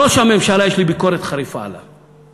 ראש הממשלה, יש לי ביקורת חריפה עליו.